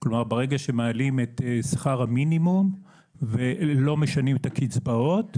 כלומר: ברגע שמעלים את שכר המינימום ולא מעלים את הקצבאות,